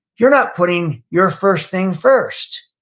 you're not putting your first thing first,